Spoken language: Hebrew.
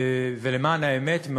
ולמען האמת,